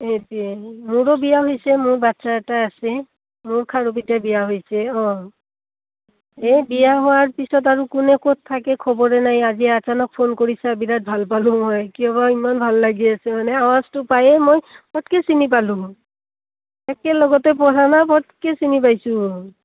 এতিৱা মোৰো বিয়া হৈছে মোৰ বাচ্ছা এটা আছে মোৰ খাৰুপেটিয়াত বিয়া হৈছে অঁ এই বিয়া হোৱাৰ পিছত আৰু কোনে ক'ত থাকে খবৰে নাই আজি ফোন কৰিছা বিৰাট ভাল পালোঁ মই কিয়বা ইমান ভাল লাগি আছে মানে আৱাজটো পায়ে মই পতকে চিনি পালোঁ একে লগতে পঢ়ানা পতকে চিনি পাইছোঁ